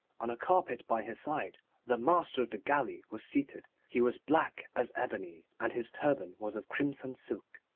on a carpet by his side the master of the galley was seated. he was black as ebony, and his turban was of crimson silk.